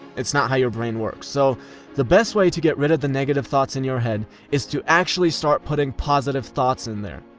it's not how your brain works. so the best way to get rid of the negative thoughts in your head is to actually start putting positive thoughts in there.